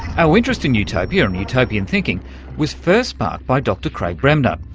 our interest in utopia and utopian thinking was first sparked by dr craig bremner,